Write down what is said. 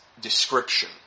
description